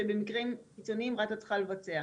שבמקרים קיצוניים רת"א צריכה לבצע.